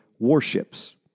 warships